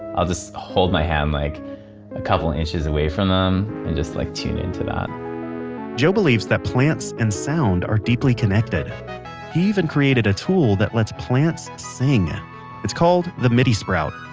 i'll just hold my hand like a couple of inches away from them and just like tune into that joe believes that plants and sound are deeply connected. he even created a tool that let's plants sing it's called the midi sprout.